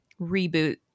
reboot